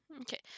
Okay